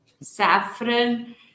Saffron